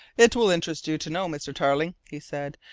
it will interest you to know, mr. tarling, he said,